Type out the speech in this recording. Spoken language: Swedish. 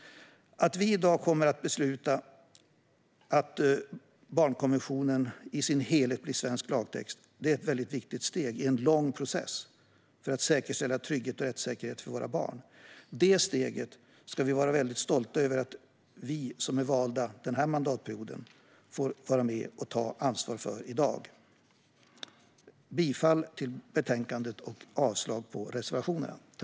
Att vi i dag kommer att besluta att barnkonventionen i sin helhet blir svensk lagtext är ett väldigt viktigt steg i en lång process för att säkerställa trygghet och rättssäkerhet för våra barn. Det steget ska vi vara stolta över att vi som är valda denna mandatperiod får vara med och ta ansvar för i dag. Jag yrkar bifall till utskottets förslag och avslag på reservationerna.